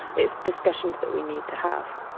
it's discussions that we need to have.